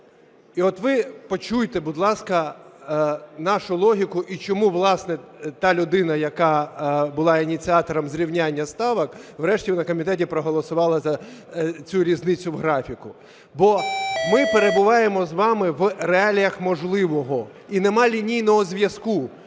І от ви почуйте, будь ласка, нашу логіку і чому, власне, та людина, яка була ініціатором зрівняння ставок, врешті на комітеті проголосувала за цю різницю в графіку. Бо ми перебуваємо з вами в реаліях можливого і немає лінійного зв'язку